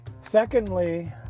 Secondly